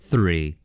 Three